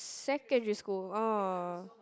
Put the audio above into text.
secondary school ah